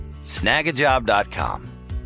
snagajob.com